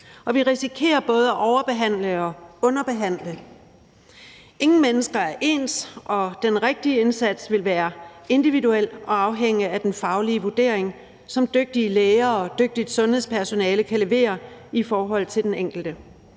og vi risikerer både at overbehandle og underbehandle. Ingen mennesker er ens, og den rigtige indsats ville være individuel og afhængig af den faglige vurdering, som dygtige læger og dygtigt sundhedspersonale kan levere i forhold til den enkelte.